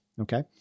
okay